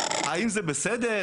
האם זה בסדר?